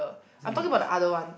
uh I'm talking about the other one